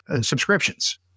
subscriptions